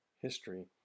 history